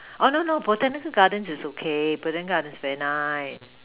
oh no no Botanical gardens is okay Botanical garden very nice